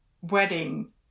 wedding